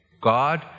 god